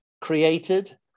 created